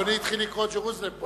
אדוני התחיל לקרוא את ה"ג'רוזלם פוסט".